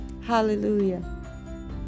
Hallelujah